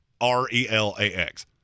R-E-L-A-X